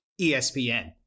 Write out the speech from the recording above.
ESPN